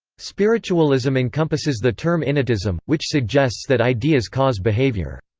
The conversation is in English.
spiritualism encompasses the term innatism, which suggests that ideas cause behavior.